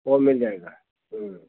वो भी मिल जायेगा हूं